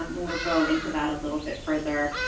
um and we'll go into that a little bit further.